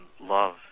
love